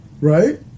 Right